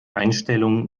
einstellung